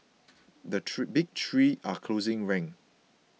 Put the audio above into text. the three big three are closing ranks